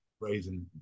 raising